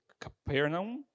Capernaum